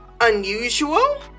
unusual